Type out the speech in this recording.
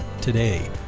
today